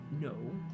no